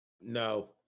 No